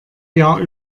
jahr